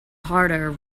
harder